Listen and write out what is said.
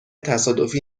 تصادفی